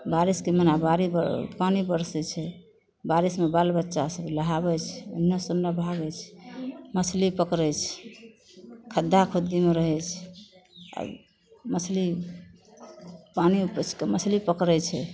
बारिशके महिनामे बारिश पानि बरसय छै बारिशमे बाल बच्चा सब नहाबय छै एनऽ सँ ओनऽ भागय छै मछली पकड़य छै खद्धा खुद्धीमे रहय छै आओर मछली पानिमे पसिके मछली पकड़य छै